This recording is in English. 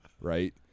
right